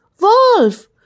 Wolf